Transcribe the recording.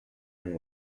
and